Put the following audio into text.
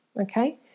okay